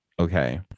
Okay